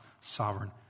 sovereign